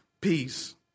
peace